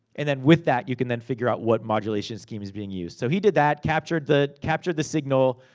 and then wit that, you can then figure out what modulation scheme is being used. so, he did that. captured the captured the signal.